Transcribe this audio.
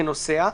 כנוסע,